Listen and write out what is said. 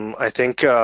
i think